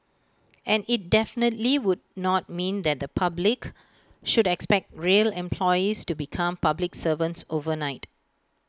and IT definitely would not mean that the public should expect rail employees to become public servants overnight